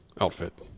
outfit